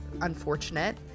unfortunate